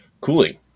cooling